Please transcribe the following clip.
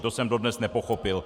To jsem dodnes nepochopil.